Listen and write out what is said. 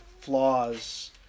flaws